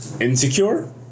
insecure